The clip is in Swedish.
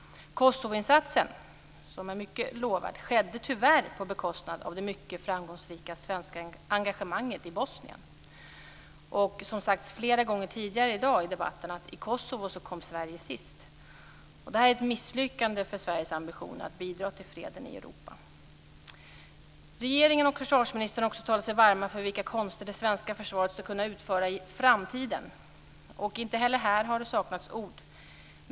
Kosovoinsatsen, som är mycket lovvärd, skedde tyvärr på bekostnad av det mycket framgångsrika svenska engagemanget i Bosnien. Som sagts flera gånger tidigare i debatten i dag kom Sverige sist i Kosovo. Det är ett misslyckande för Sveriges ambitioner att bidra till freden i Europa. Regeringen och försvarsministern har också talat sig varma för vilka konster det svenska försvaret ska kunna utföra i framtiden. Inte heller här har det saknats ord.